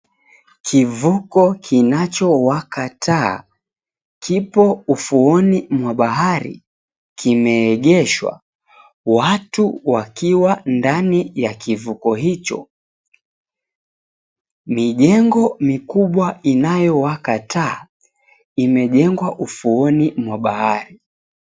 Kivuko kinchowaka taa kipo ufuoni mwa bahari kimeengeshwa watu wakiwa ndani ya kivuko hicho. Mijengo mikubwa inayowaka taa imejengwa ufuoni mwa bahari.